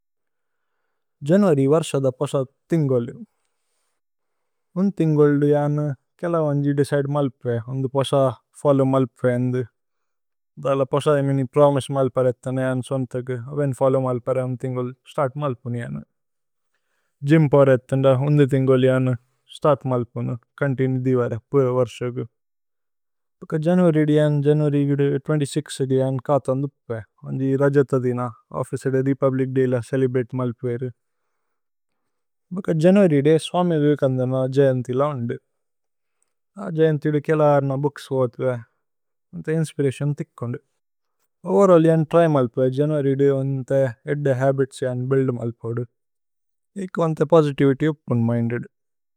January വര്സധ പോസ തിന്ഗോല്ദു ഉന് തിന്ഗോല്ദു ജനു। കേല വന്ജി ദേചിദേ മല്പ്പേ ഉനു പോസ ഫോല്ലോവ് മല്പ്പേ। ഏന്ദു ദല പോസ ഇമിനി പ്രോമിസേ മല്പരേഥനേ ജനു। സോന്ഥഗു അവേന് ഫോല്ലോവ് മല്പരേ ഉനു തിന്ഗോല്ദു സ്തര്ത്। മല്പുനു ജനു ഗ്യ്മ് പോരേഥന്ദ ഉനു തിന്ഗോല്ദു ജനു। സ്തര്ത് മല്പുനുഛോന്തിനുഇത്യ് വരേ പുര വര്സഗു ഉക്ക। ജനുഅരി ദിയന് ജനുഅരി അഗു ജനു കാഥന്ദുപ്പേ। വന്ജി രജതഥിന ഓഫ്ഫിചേ ഏദു രേപുബ്ലിച് ദയ് ല। ചേലേബ്രതേ മല്പ്പേ വേരു ഉക്ക ജനുഅരി ദിയ സ്വമ്യ്। വിവേകന്ദന അജയന്ഥില ഉന്ദു അജയന്ഥില കേല। അരന ബൂക്സ് ഓധ്വേ। വന്ഥേ ഇന്സ്പിരതിഓന് ഥിക്കോന്ദു। ഓവരോലി ജനു ത്ര്യ് മല്പ്പേ ജനുഅരി ഇദു വന്ഥേ। ഏദ്ദ ഹബിത്സി ജനു ബുഇല്ദ് മല്പോദു। ഏക് വന്ഥേ പോസിതിവിത്യ് ഓപേന് മിന്ദേദ്।